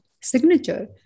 Signature